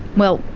well,